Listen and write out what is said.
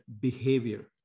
behavior